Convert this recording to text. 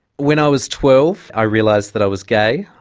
when i was twelve i realised that i was gay.